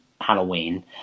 halloween